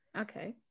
Okay